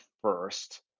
first